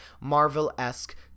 Marvel-esque